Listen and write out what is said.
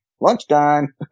lunchtime